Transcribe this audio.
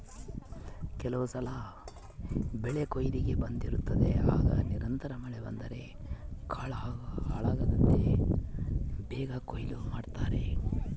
ಕೆಲವುಸಲ ಬೆಳೆಕೊಯ್ಲಿಗೆ ಬಂದಿರುತ್ತದೆ ಆಗ ನಿರಂತರ ಮಳೆ ಬಂದರೆ ಕಾಳು ಹಾಳಾಗ್ತದಂತ ಬೇಗ ಕೊಯ್ಲು ಮಾಡ್ತಾರೆ